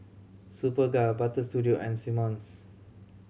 Superga Butter Studio and Simmons